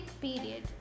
period